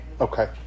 Okay